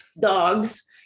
dogs